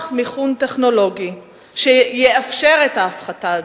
מיכון טכנולוגי שיאפשר את ההפחתה הזו.